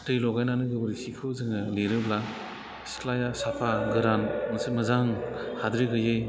दै लगायनानै गोबोरखिखौ जोङो लिरोब्ला सिथ्लाया साफा गोरान मोनसे मोजां हाद्रि गैयै